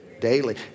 Daily